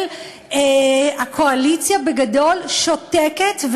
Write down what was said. הקואליציה בגדול שותקת,